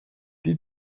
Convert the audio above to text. die